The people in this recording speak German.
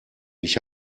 ich